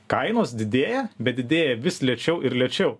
kainos didėja bet didėja vis lėčiau ir lėčiau